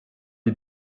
die